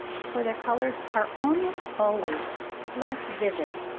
for their colours are almost always less vivid,